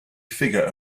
figure